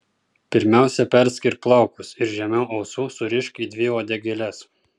pirmiausia perskirk plaukus ir žemiau ausų surišk į dvi uodegėles